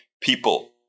people